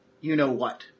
you-know-what